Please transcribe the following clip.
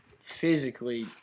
physically